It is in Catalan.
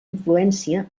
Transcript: influència